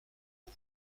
aux